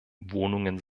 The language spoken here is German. wohnungen